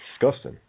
Disgusting